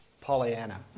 Pollyanna